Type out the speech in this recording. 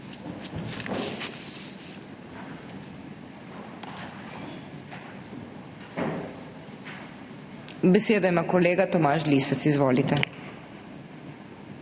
Besedo ima kolega Tomaž Lisec. Izvolite.